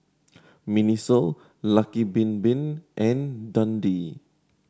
MINISO Lucky Bin Bin and Dundee